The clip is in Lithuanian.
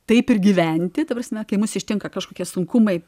taip ir gyventi ta prasme kai mus ištinka kažkokie sunkumai